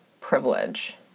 privilege